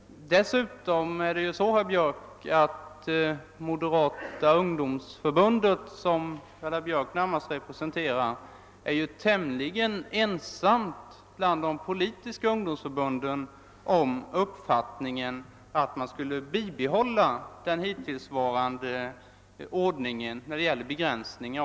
Dessutom är Moderata ungdomsförbundet, som väl är det förbund vilket herr Björck närmast representerar, tämligen ensamt bland de politiska ungdomsförbunden om uppfattningen att den hittillsvarande begränsningen i värnpliktsriksdagens kompetens bör bibehållas.